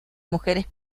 mujeres